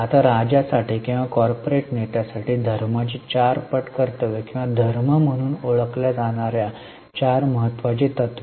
आता राजा साठी किंवा कॉर्पोरेट नेत्या साठी धर्माची चार पट कर्तव्ये किंवा धर्म म्हणून ओळखल्या जाणार्या चार महत्वाची तत्त्वे